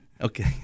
okay